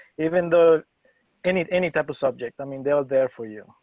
even the any, any type of subject. i mean, they're there for you